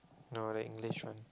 no the English one